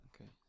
okay